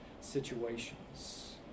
situations